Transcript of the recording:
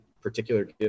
particular